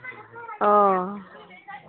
ᱚ